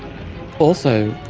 also,